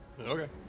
Okay